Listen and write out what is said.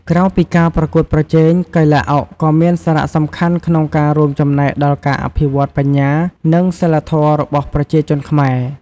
ក្រៅពីការប្រកួតប្រជែង កីឡាអុកក៏មានសារៈសំខាន់ក្នុងការរួមចំណែកដល់ការអភិវឌ្ឍន៍បញ្ញា និងសីលធម៌របស់ប្រជាជនខ្មែរ។